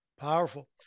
Powerful